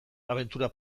abentura